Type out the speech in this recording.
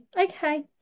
Okay